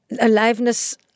Aliveness